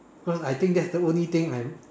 cause I think that's the only thing I would